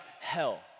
hell